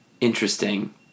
Interesting